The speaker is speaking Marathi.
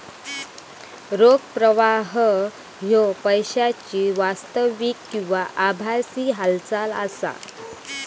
रोख प्रवाह ह्यो पैशाची वास्तविक किंवा आभासी हालचाल असा